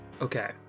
Okay